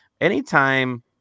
Anytime